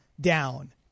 down